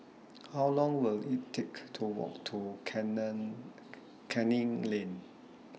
How Long Will IT Take to Walk to Canning Lane